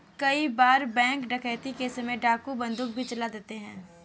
कई बार बैंक डकैती के समय डाकू बंदूक भी चला देते हैं